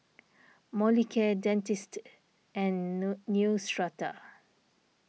Molicare Dentiste and no Neostrata